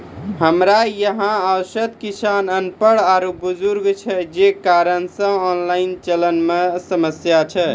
हमरा यहाँ औसत किसान अनपढ़ आरु बुजुर्ग छै जे कारण से ऑनलाइन चलन मे समस्या छै?